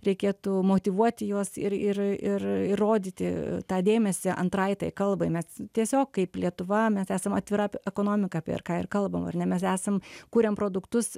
reikėtų motyvuoti juos ir ir ir rodyti tą dėmesį antrai tai kalbai mes tiesiog kaip lietuva mes esam atvira ekonomika apie ką ir kalbam ar ne mes esam kuriam produktus